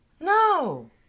No